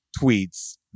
tweets